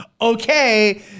Okay